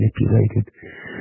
manipulated